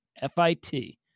F-I-T